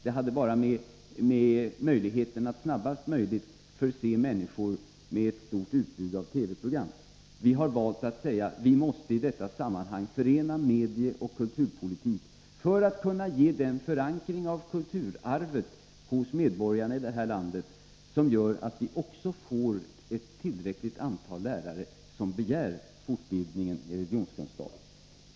Det vara bara fråga om att snabbast möjligt förse människor med ett stort utbud av TV-program. Vi har valt att säga att man i detta sammanhang måste förena medieoch kulturpolitik för att ge medborgarna i det här landet den förankring av kulturarvet som också medför att ett tillräckligt antal lärare begär fortbildning i religionskunskap.